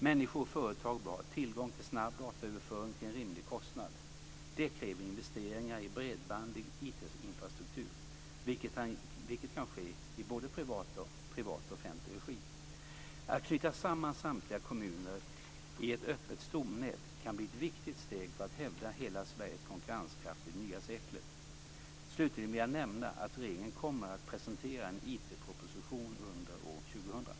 Människor och företag bör ha tillgång till snabb dataöverföring till en rimlig kostnad. Det kräver investeringar i bredbandig IT-infrastruktur, vilket kan ske i både privat och offentlig regi. Att knyta samman samtliga kommuner i ett öppet stomnät kan bli ett viktigt steg för att hävda hela Sveriges konkurrenskraft i det nya seklet. Slutligen vill jag nämna att regeringen kommer att presentera en IT-proposition under år 2000.